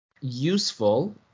useful